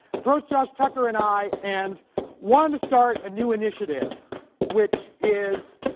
approached josh tucker and i and wanted to start a new initiative which is